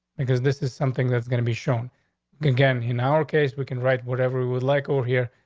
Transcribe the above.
because this is something that's going to be shown again, you know? okay, so we can write whatever would like over here,